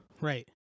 right